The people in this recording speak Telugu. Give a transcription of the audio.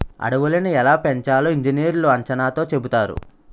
అడవులని ఎలా పెంచాలో ఇంజనీర్లు అంచనాతో చెబుతారు